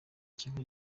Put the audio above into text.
kigo